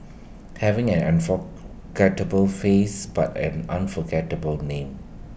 having an unforgettable face but A unforgettable name